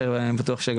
סוציאלית.